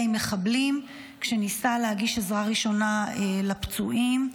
מחבלים כשניסה להגיש עזרה ראשונה לפצועים.